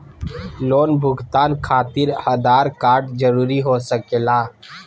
Loan भुगतान खातिर Aadhaar card जरूरी हो सके ला?